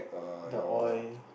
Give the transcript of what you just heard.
the oil